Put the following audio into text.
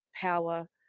power